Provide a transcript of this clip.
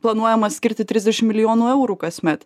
planuojama skirti trisdešimt milijonų eurų kasmet